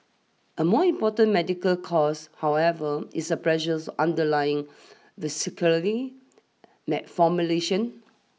a more important medical cause however is the pressures underlying vascular malformation